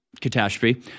catastrophe